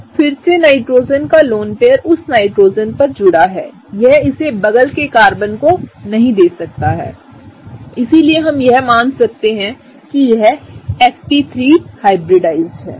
फिर से नाइट्रोजन का लोन पेयर उस नाइट्रोजन पर जुड़ा है यह इसे बगल के कार्बन को नहीं दे सकता हैइसलिए हम यह मान सकते हैं कि यहsp3हाइब्रिडाइज्ड है